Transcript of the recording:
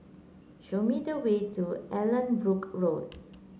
show me the way to Allanbrooke Road